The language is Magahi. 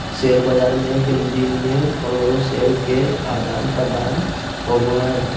शेयर बाज़ार में एक दिन मे करोड़ो शेयर के आदान प्रदान होबो हइ